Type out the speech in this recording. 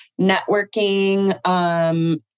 networking